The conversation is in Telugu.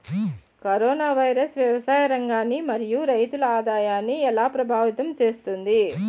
కరోనా వైరస్ వ్యవసాయ రంగాన్ని మరియు రైతుల ఆదాయాన్ని ఎలా ప్రభావితం చేస్తుంది?